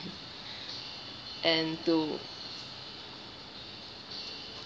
and to